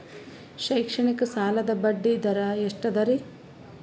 ಶೈಕ್ಷಣಿಕ ಸಾಲದ ಬಡ್ಡಿ ದರ ಎಷ್ಟು ಅದರಿ?